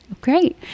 Great